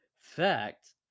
Fact